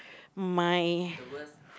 my